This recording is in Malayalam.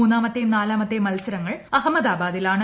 മൂന്നാമത്തെയും നാലാമത്തെയും മത്സരങ്ങൾ അഹമ്മദാബാദിലാണ്